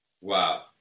Wow